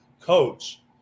coach